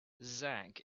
zak